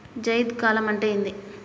జైద్ కాలం అంటే ఏంది?